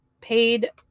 paid